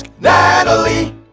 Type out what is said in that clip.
Natalie